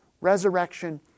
resurrection